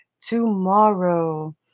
tomorrow